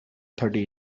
thirty